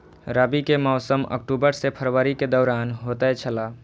रबी के मौसम अक्टूबर से फरवरी के दौरान होतय छला